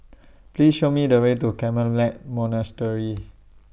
Please Show Me The Way to Carmelite Monastery